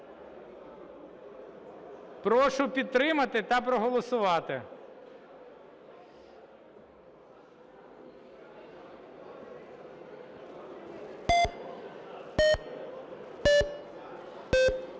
Прошу підтримати та проголосувати.